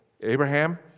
Abraham